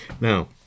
Now